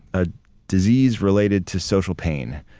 a disease related to social pain.